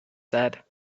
said